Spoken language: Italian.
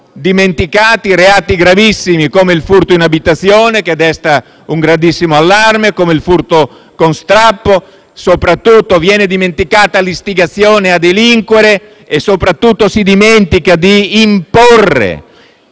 dimenticati i reati gravissimi come il furto in abitazione, che desta un grandissimo allarme, il furto con strappo, ma soprattutto, viene dimenticata l'istigazione a delinquere. In particolare, si dimentica di imporre